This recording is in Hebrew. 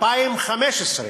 2015,